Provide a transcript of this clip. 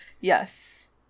Yes